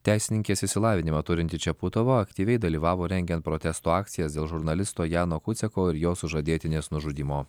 teisininkės išsilavinimą turinti čiaputova aktyviai dalyvavo rengiant protesto akcijas dėl žurnalisto jano kuceko ir jo sužadėtinės nužudymo